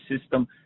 system